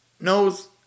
nose